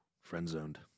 Friend-zoned